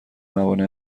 موانع